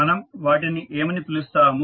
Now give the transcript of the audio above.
మనం వాటిని ఏమని పిలుస్తాము